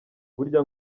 burya